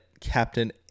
Captain